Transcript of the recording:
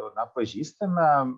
na pažįstame